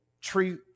tree